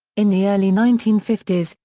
in the early nineteen fifty s,